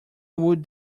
would